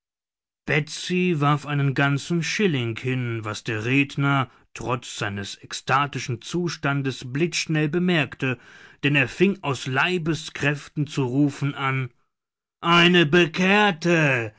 betsy warf einen ganzen schilling hin was der redner trotz seines ekstatischen zustandes blitzschnell bemerkte denn er fing aus leibeskräften zu rufen an eine bekehrte